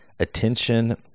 attention